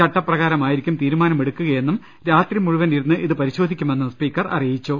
ചട്ടപ്രകാരമായി രിക്കും തീരുമാനമെടുക്കുകയെന്നും രാത്രി മുഴുവൻ ഇരുന്ന് ഇത് പരിശോധിക്കുമെന്നും സ്പീക്കർ അറിയിച്ചു